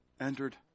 entered